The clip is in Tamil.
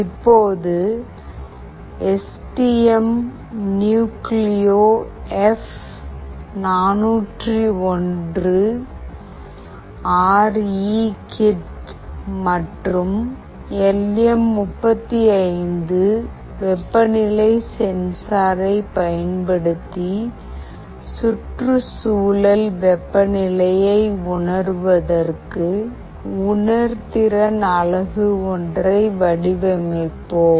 இப்போது எஸ் டி எம் நுக்லியோ எப்401ஆர்இ கிட் மற்றும் எல் எம் 35 வெப்பநிலை சென்சாரை பயன்படுத்தி சுற்றுச்சூழல் வெப்பநிலையை உணர்வதற்கு உணர்திறன் அலகு ஒன்றை வடிவமைப்போம்